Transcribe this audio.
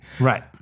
right